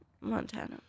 Montana